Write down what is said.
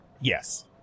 Yes